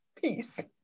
peace